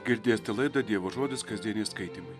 girdėsite laidą dievo žodis kasdieniai skaitymai